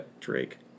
Drake